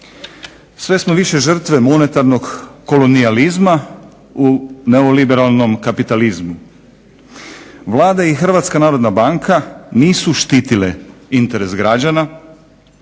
Sve smo više žrtve monetarnog kolonijalizma u neoliberalnom kapitalizmu. Vlada i Hrvatska narodna banka nisu štitile interes građana,